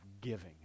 giving